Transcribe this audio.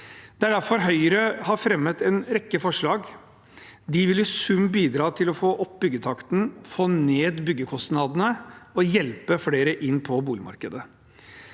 derfor Høyre har fremmet en rekke forslag. De vil i sum bidra til å få opp byggetakten, få ned byggekostnadene og hjelpe flere inn på boligmarkedet.